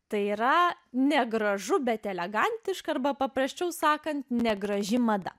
tai yra negražu bet elegantiška arba paprasčiau sakant negraži mada